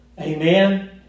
Amen